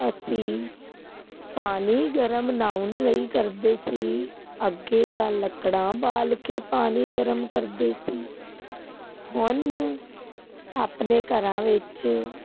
ਅਸੀਂ ਪਾਣੀ ਗਰਮ ਨਹਾਉਣ ਲਈ ਕਰਦੇ ਸੀ ਅੱਗੇ ਤਾਂ ਲੱਕੜਾਂ ਬਾਲ ਕੇ ਪਾਣੀ ਗਰਮ ਕਰਦੇ ਸੀ ਹੁਣ ਆਪਣੇ ਘਰਾਂ ਵਿੱਚ